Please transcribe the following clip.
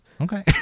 Okay